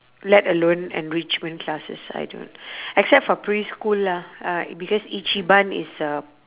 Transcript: let alone enrichment classes I don't except for preschool lah uh because ichiban is a